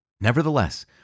Nevertheless